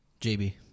JB